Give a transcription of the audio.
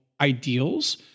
ideals